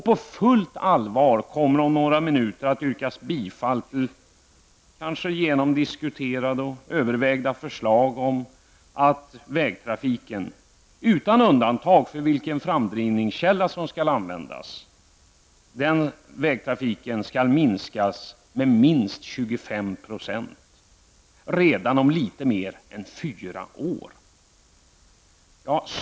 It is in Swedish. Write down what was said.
På fullt allvar kommer det om några minuter att yrkas bifall till kanske genomdiskuterade och övervägda förslag om att vägtrafiken -- utan hänsyn till vilken framdrivningskälla som skall användas -- måste minskas med minst 25 %, redan om litet mer än fyra år.